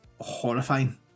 horrifying